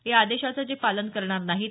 या आदेशाचं जे पालन करणार नाहीत